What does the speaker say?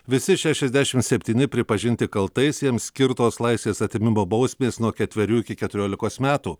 visi šešiasdešim septyni pripažinti kaltais jiems skirtos laisvės atėmimo bausmės nuo ketverių iki keturiolikos metų